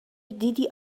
دیدی